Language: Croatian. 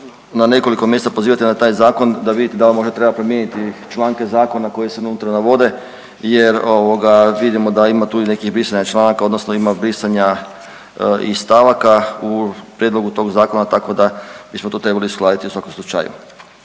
na nekoliko mjesta pozivate na taj Zakon, da vidite da li možda treba promijeniti članke zakona koji se unutra navode jer ovoga, vidimo da ima tu i nekih brisanja članaka, odnosno ima brisanja i stavaka u prijedlogu tog Zakona, tako da bismo to trebali uskladiti u svakom slučaju.